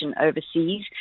overseas